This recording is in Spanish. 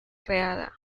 creada